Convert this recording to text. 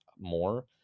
more